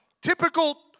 typical